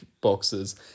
boxes